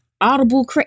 Audible